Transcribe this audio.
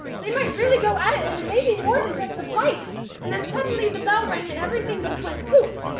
they might really go at it and it may be more than just a fight! and then suddenly the bell rang and everything just went, poof,